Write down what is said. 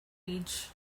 age